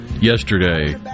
yesterday